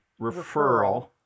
Referral